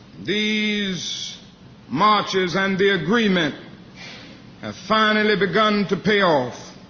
these marches and the agreement have finally begun to pay off.